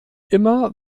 immer